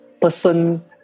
person